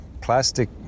plastic